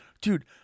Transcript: dude